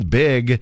big